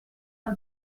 del